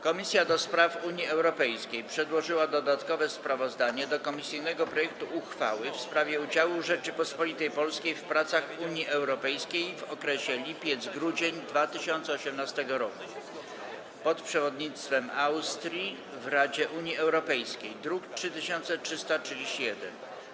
Komisja do Spraw Unii Europejskiej przedłożyła dodatkowe sprawozdanie o komisyjnym projekcie uchwały w sprawie udziału Rzeczypospolitej Polskiej w pracach Unii Europejskiej w okresie lipiec-grudzień 2018 r. (przewodnictwo Austrii w Radzie Unii Europejskiej), druk nr 3331.